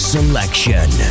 Selection